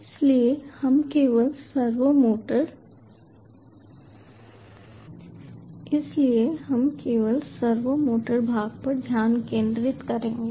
इसलिए हम केवल सर्वो मोटर भाग पर ध्यान केंद्रित करेंगे